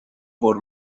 por